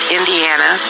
Indiana